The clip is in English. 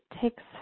takes